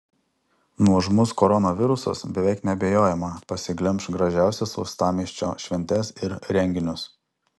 nuožmus koronavirusas beveik neabejojama pasiglemš gražiausias uostamiesčio šventes ir renginius